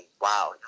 wow